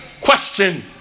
question